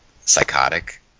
psychotic